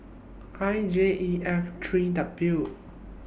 I J E F three W